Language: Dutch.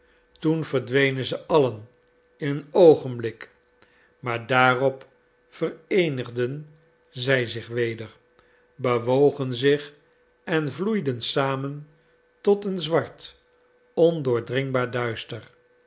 toen verdwenen ze allen in een oogenblik maar daarop vereenigden zij zich weder bewogen zich en vloeiden samen tot een zwart ondoordringbaar duister